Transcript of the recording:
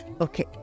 Okay